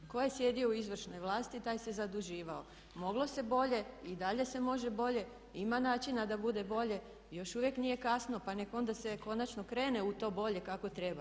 Tko je sjedio u izvršnoj vlasti, taj se zaduživao a moglo se bolje i dalje se može bolje, ima načina da bude bolje i još uvijek nije kasno pa neka onda se konačno krene u to bolje kako treba.